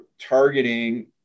targeting